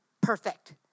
perfect